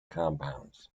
compounds